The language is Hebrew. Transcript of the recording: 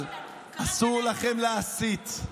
אבל אסור לכם להסית.